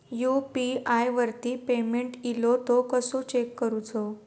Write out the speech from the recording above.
UPI वरती payment इलो तो कसो चेक करुचो?